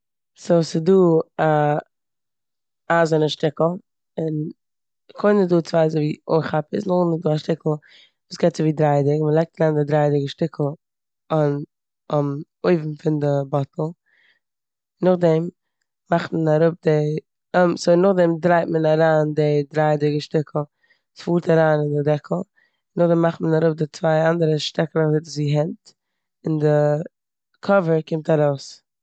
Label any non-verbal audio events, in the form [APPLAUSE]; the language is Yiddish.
סאו ס'דא א אייזענע שטיקל און- קודם איז דא צוויי אזויווי אנכאפערס, נאכדעם איז דא א שטיקל וואס גייט אזויווי דרייעדיג. מ'לייגט אריין די דרייעדיגע שטיקל [HESITATION] אויבן פון די באטל. נאכדעם מאכט מען אראפ די- סאו נאכדעם דרייט מען אריין די דרייעדיגע שטיקל, ס'פארט אריין אין די דעקל. נאכדעם מאכט מען אראפ די צוויי אנדערע שטעקלעך וואס זעט אויס ווי הענט און די קאווער קומט ארויס.